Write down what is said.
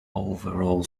overall